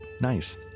nice